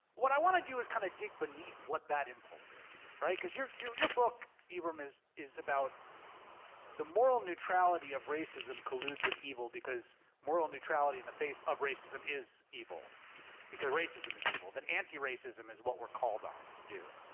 what i want to do is kind of dig beneath what that impulse is, right? because your your book, ibram, is is about the moral neutrality of racism colludes with evil because moral neutrality in the face of racism is evil because racism is evil, then anti-racism is what we're called on to do.